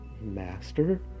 Master